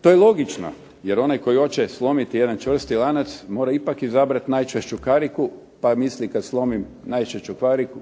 To je logično, jer onaj koji hoće slomiti jedan čvrsti lanac, mora ipak izabrati najčvršću kariku, pa misli kad slomim najčvršću